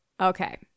okay